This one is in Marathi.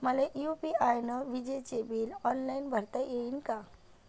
मले यू.पी.आय न विजेचे बिल ऑनलाईन भरता येईन का?